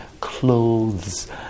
clothes